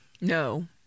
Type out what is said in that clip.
No